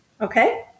Okay